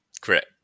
Correct